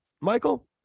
Michael